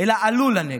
אלא "עלו לנגב".